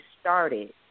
started